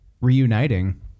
reuniting